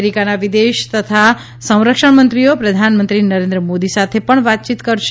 અમેરિકના વિદેશ તથા સંરક્ષણ મંત્રીઓ પ્રધાનમંત્રી નરેન્દ્ર મોદી સાથે પણ વાતચીત કરશે